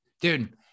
dude